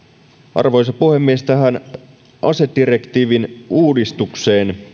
arvoisa puhemies asedirektiivin uudistukseen